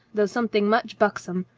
though something much buxom,